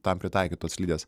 tam pritaikytos slidės